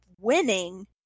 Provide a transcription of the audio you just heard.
winning